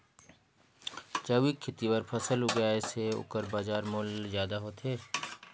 जैविक खेती बर फसल उगाए से ओकर बाजार मूल्य ज्यादा होथे